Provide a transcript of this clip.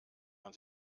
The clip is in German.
man